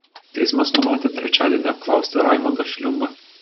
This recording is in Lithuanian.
teismas numatė trečiadienį apklausti raimondą šliumbą